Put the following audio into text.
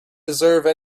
deserve